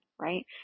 right